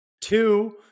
Two